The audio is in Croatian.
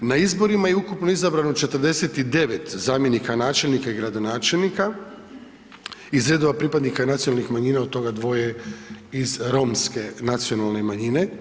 Na izborima je ukupno izabrano 49 zamjenika načelnika i gradonačelnika, iz redova pripadnika nacionalnih manjina, od toga iz romske nacionalne manjine.